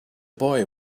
boy